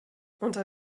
unter